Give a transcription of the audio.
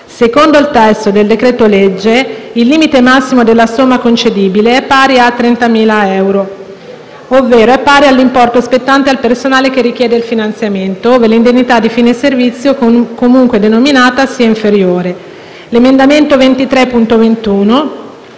Secondo il testo del decreto-legge, il limite massimo della somma concedibile è pari a 30.000 euro, ovvero è pari all'importo spettante al personale che richiede il finanziamento, ove l'indennità di fine servizio, comunque denominata, sia inferiore. L'emendamento 23.21